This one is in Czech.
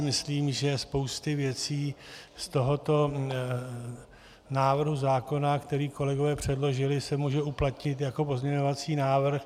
Myslím si, že spousta věcí z tohoto návrhu zákona, který kolegové předložili, se může uplatnit jako pozměňovací návrh.